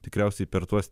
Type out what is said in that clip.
tikriausiai per tuos